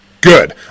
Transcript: Good